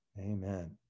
Amen